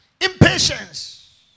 impatience